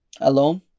alone